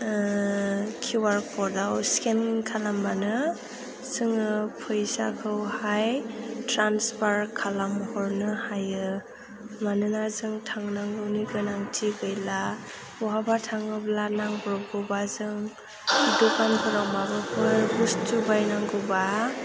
QR code आव scan खालामबानो जोङो फैसाखौहाय ट्रान्सफार खालामहरनो हायो मानोना जों थांनांगौनि गोनांथि गैला बहाबा थाङोब्ला नांब्रबगौबा जों दकानफोराव माबाफोर बुस्तु बायनांगौबा